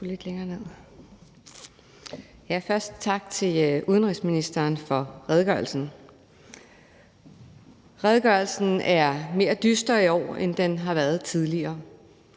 Først tak til udenrigsministeren for redegørelsen. Redegørelsen er mere dyster i år, end den har været tidligere,